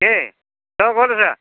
কি অঁ ক'ত আছা